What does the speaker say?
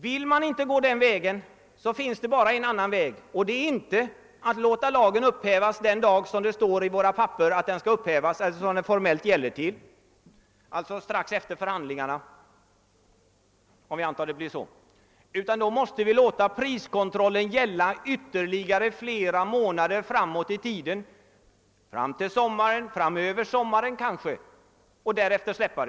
Vill man inte gå den vägen återstår endast den andra möjlighet som jag antydde. Den innebär att man inte upphäver lagen vid den tidpunkt då denna formellt upphör att gälla, dvs. strax efter förhandlingarna. Men under sådana förhållanden måste vi låta priskontrollen gälla ytterligare flera månader framåt i tiden -— fram till sommaren eller kanske över sommaren.